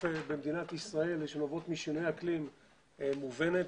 במדינת ישראל שנובעות משינויי אקלים מובנת.